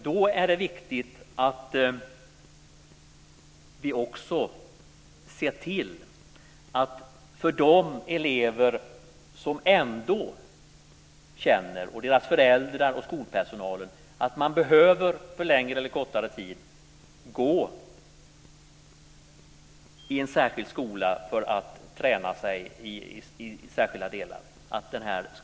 Det är viktigt att vi också ser till att skolan finns kvar för de elever som med sina föräldrar och sin skolpersonal ändå känner att de för längre eller kortare tid behöver gå i en särskild skola för att träna sig i särskilda delar.